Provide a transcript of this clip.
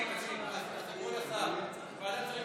כבוד השר, ועדת שרים